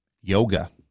yoga